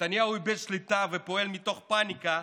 נתניהו איבד שליטה ופועל מתוך פניקה,